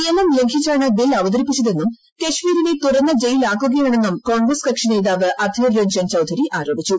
നിയമം ലംഘിച്ചാണ് ബിൽ അവതരിപ്പിച്ചതെന്നും കശ്മീരിനെ തുറന്ന ജയിലാക്കുകയാണെന്നും കോൺഗ്രസ് കക്ഷി നേതാവ് അധീർ രഞ്ജൻ ചൌധരി ആരോപിച്ചു